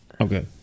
Okay